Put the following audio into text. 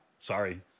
sorry